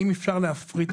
האם אפשר להפריט אותו?